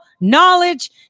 Knowledge